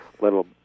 little